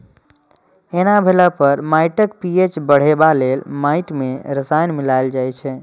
एना भेला पर माटिक पी.एच बढ़ेबा लेल माटि मे रसायन मिलाएल जाइ छै